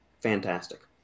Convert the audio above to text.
fantastic